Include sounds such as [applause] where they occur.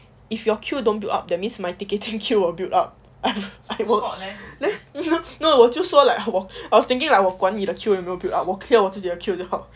if your queue don't to build up that means my ticketing queue will built up I will not then no no 我就说 like [laughs] I was thinking like 我管你的 queue 有没有 build up 我 clear 我自己的 queue 就好